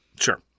Sure